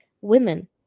women